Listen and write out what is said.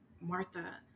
Martha